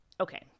okay